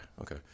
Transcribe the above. Okay